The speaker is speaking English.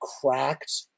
cracked